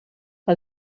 que